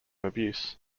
abuse